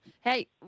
Hey